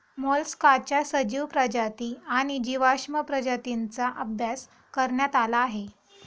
मोलस्काच्या सजीव प्रजाती आणि जीवाश्म प्रजातींचा अभ्यास करण्यात आला आहे